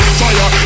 fire